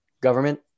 government